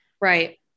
right